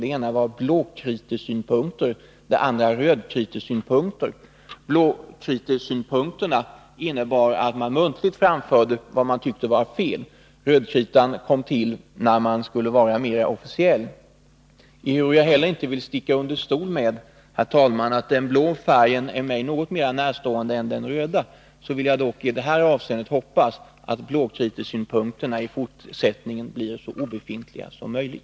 Det ena sättet var ”blåkritesynpunkter”, det andra var ”rödkritesynpunkter”. Blåkritesynpunkterna innebar att man muntligen framförde vad man tyckte var fel. Rödkritan kom till användning när man skulle vara mer officiell. Ehuru jag heller inte vill sticka under stol med, herr talman, att den blå färgen är mig något mer närstående än den röda vill jag i detta avseende hoppas att blåkritesynpunkterna i fortsättningen blir så obefintliga som möjligt.